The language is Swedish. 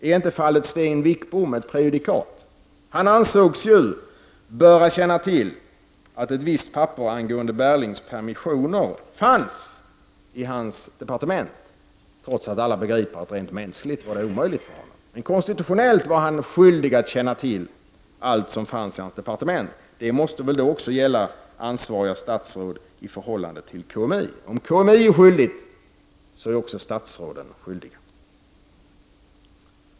Är inte fallet Sten Wickbom ett prejudikatfall? Han ansågs ju böra känna till att ett visst papper angående Berglings permissioner fanns i hans departement, trots att alla begriper att det rent mänskligt var omöjligt för honom. Men konstitutionellt var Sten Wickbom skyldig att känna till allt som fanns i hans departement, och detta måste väl också gälla ansvariga statsråd i förhållande till KMI. Om KMI är skyldig, är också statsråden skyldiga.